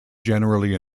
generally